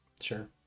sure